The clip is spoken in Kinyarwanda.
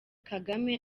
kagame